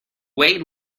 way